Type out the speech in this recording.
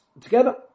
together